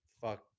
fuck